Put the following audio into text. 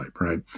right